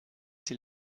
sie